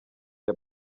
cya